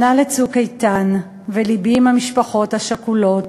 שנה ל"צוק איתן", ולבי עם המשפחות השכולות,